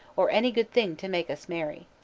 or any good thing to make us merry.